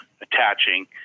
attaching